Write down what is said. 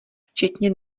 včetně